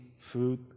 food